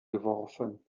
geworfen